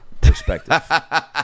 perspective